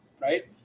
right